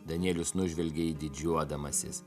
danielius nužvelgė jį didžiuodamasis